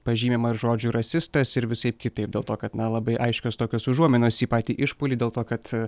pažymima žodžiu rasistas ir visaip kitaip dėl to kad na labai aiškios tokios užuominos į patį išpuolį dėl to kad